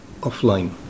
offline